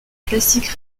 classique